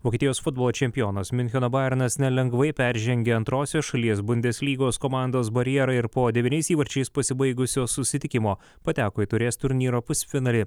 vokietijos futbolo čempionas miuncheno bajernas nelengvai peržengė antrosios šalies bundės lygos komandos barjerą ir po devyniais įvarčiais pasibaigusio susitikimo pateko į taurės turnyro pusfinalį